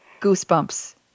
Goosebumps